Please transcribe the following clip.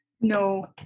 No